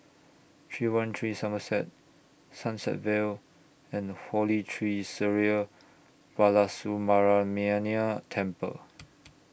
three one three Somerset Sunset Vale and Holy Tree Sri Balasubramaniar Temple